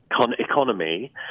economy